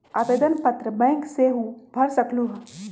आवेदन पत्र बैंक सेहु भर सकलु ह?